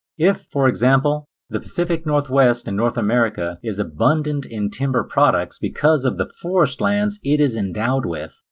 if, for example, the pacific northwest in north america is abundant in timber products because of the forestlands it is endowed with,